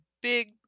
big